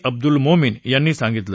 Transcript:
अब्दुल मोमीन यांनी सांगितलं